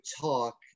talk